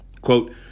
Quote